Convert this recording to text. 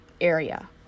area